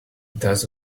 does